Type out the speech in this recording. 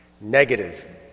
Negative